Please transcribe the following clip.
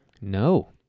No